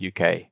UK